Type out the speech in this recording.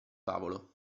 tavolo